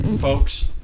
Folks